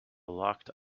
locked